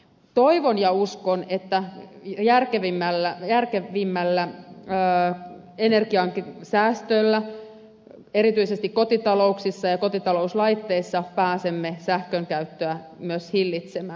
toivon ja uskon että järkevämmällä energiansäästöllä erityisesti kotitalouksissa ja kotitalouslaitteissa pääsemme sähkön käyttöä myös hillitsemään